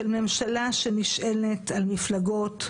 של ממשלה שנשענת על מפלגות,